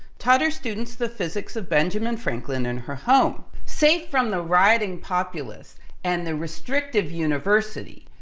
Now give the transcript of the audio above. taught her students the physics of benjamin franklin in her home. safe from the rioting populace and the restrictive university,